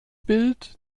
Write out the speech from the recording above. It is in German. bild